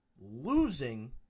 losing